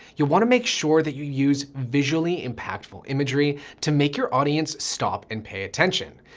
you want to make sure that you use visually impactful imagery to make your audience stop and pay attention.